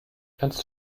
kannst